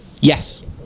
Yes